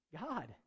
God